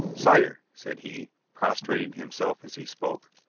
sire, said he, prostrating himself as he spoke,